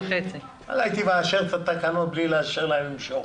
הייתי מאשר את התקנות בלי לאשר להם למשוך.